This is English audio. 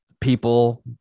people